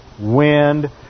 wind